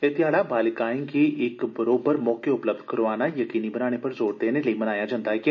एह् ध्याढ़ा बालिकाएं गी इक बरौबर मौके उपलब्ध कराना यकीनी बनाने पर ज़ोर देने लेई बनाया जंदा ऐ